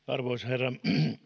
arvoisa herra